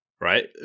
right